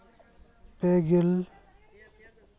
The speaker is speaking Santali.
ᱯᱮ ᱜᱮᱞ